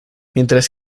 mientras